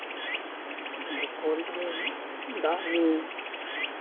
ᱟᱫᱚ ᱠᱚᱞ ᱨᱮ ᱫᱟᱜ ᱧᱩ